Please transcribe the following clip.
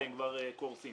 והם כבר קורסים.